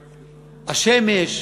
השמש,